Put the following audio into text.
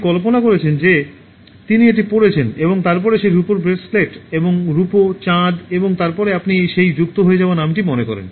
আপনি কল্পনা করেছেন যে তিনি এটি পরেছেন এবং তারপরে সেই রূপোর ব্রেসলেট এবং রূপো চাঁদ এবং তারপরে আপনি সেই যুক্ত হওয়া নামটি মনে করেন